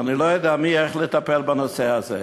ואני לא יודע איך לטפל בנושא הזה.